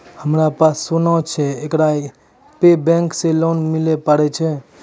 हमारा पास सोना छै येकरा पे बैंक से लोन मिले पारे छै?